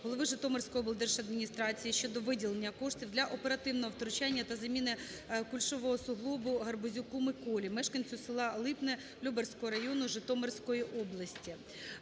голови Житомирської облдержадміністрації щодо виділення коштів для оперативного втручання та заміни кульшового суглобу Гарбузюку Миколі, мешканцю села Липне Любарського району Житомирської області.